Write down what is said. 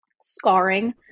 scarring